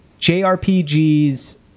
JRPGs